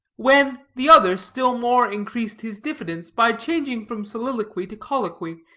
when the other still more increased his diffidence by changing from soliloquy to colloquy,